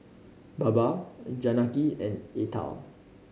Baba Janaki and Atal